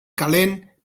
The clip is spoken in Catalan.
calent